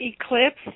eclipse